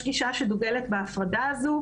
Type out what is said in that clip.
יש גישה שדוגלת בהפרדה הזו,